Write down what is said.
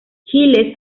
giles